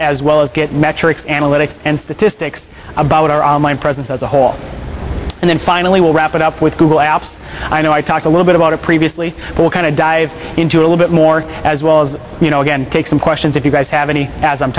as well as get metrics analytics and statistics about our online presence as a whole and then finally we'll wrap it up with google apps i know i talked a little bit about it previously well kind of dive into a little bit more as well as you know again take some questions if you guys have any as i'm